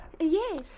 Yes